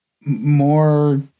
more